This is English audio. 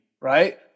right